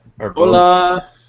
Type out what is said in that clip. Hola